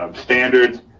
um standards,